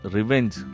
Revenge